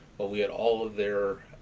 but we had all of their